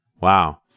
Wow